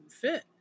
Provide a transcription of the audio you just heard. fit